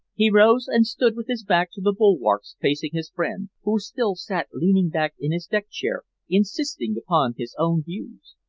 he rose and stood with his back to the bulwarks facing his friend, who still sat leaning back in his deck-chair insisting upon his own views.